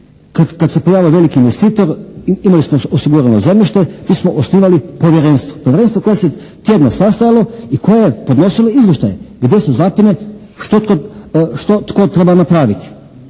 Kad se pojavio veliki investitor imali smo osigurano zemljište mi smo osnivali povjerenstvo, povjerenstvo koje se tjedno sastajalo i koje je podnosilo izvještaj gdje se zapinje, što tko treba napraviti.